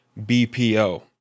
BPO